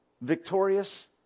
victorious